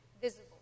visible